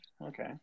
Okay